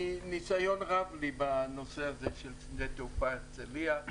ניסיון רב לי בנושא הזה של שדה תעופה הרצליה.